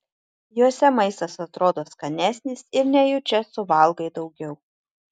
juose maistas atrodo skanesnis ir nejučia suvalgai daugiau